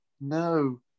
No